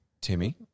Timmy